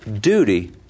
duty